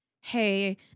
hey